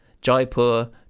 Jaipur